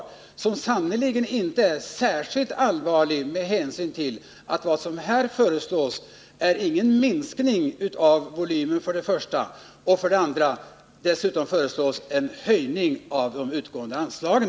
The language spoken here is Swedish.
Den situationen är sannerligen inte särskilt allvarlig, för vad som här öreslås innebär ingen minskning av volymen. Vad som föreslås är en oförändrad volym och en höjning av de utgående anslagen.